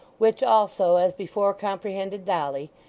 which also as before comprehended dolly,